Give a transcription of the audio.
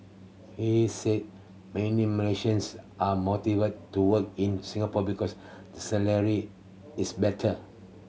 he said many Malaysians are motivated to work in Singapore because the salary is better